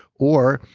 or,